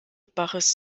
baches